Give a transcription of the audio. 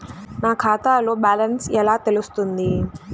నా ఖాతాలో బ్యాలెన్స్ ఎలా తెలుస్తుంది?